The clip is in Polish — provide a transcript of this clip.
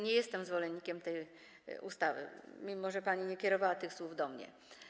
Nie jestem zwolennikiem tej ustawy, mimo że pani nie kierowała tych słów do mnie.